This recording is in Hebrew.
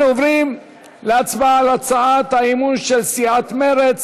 אנחנו עוברים להצבעה על הצעת האי-אמון של סיעת מרצ: